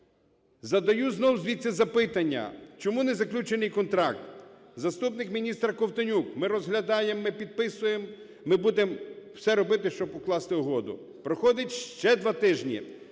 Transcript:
Задаю знову віце… запитання: чому не заключено контракт? Заступник міністра Ковтонюк: ми розглядаємо, ми підписуємо, ми будемо все робити, щоб укласти угоду. Проходить ще два тижні,